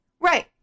right